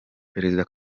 perezida